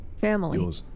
Family